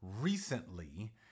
recently